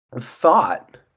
thought